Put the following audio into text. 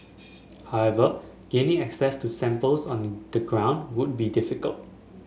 however gaining access to samples on the ground would be difficult